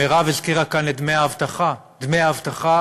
מירב הזכירה כאן את דמי האבטחה, דמי האבטחה